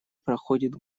проходит